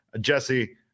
Jesse